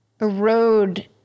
erode